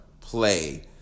play